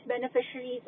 beneficiaries